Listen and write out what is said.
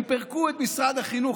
הם פירקו את משרד החינוך.